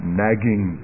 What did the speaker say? nagging